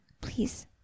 please